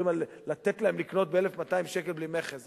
על לתת להם לקנות ב-1,200 שקל בלי מכס.